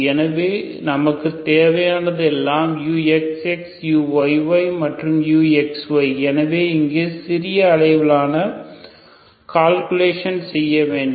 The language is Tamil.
எனவே நமக்குத் தேவையானது எல்லாம் uxx uyy மற்றும் uxy எனவே இங்கே சிறிய அளவில்கால்குலேசனை செய்ய வேண்டும்